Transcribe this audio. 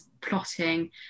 plotting